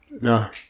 no